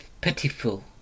pitiful